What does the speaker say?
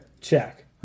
Check